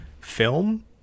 film